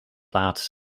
plaats